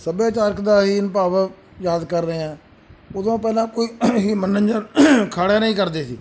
ਸੱਭਿਆਚਾਰਕ ਦਾ ਹੀਣ ਭਾਵ ਯਾਦ ਕਰ ਰਹੇ ਹਾਂ ਉਦੋਂ ਪਹਿਲਾਂ ਕੋਈ ਹੀ ਮਨੋਰੰਜਨ ਅਖਾੜਿਆਂ ਨਾਲ ਹੀ ਕਰਦੇ ਸੀ